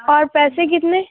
اور پیسے کتنے